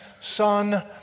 son